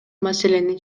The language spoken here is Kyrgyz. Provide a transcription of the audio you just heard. маселени